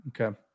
okay